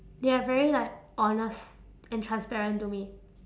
they are very like honest and transparent to me